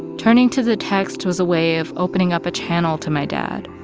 turning to the text was a way of opening up a channel to my dad.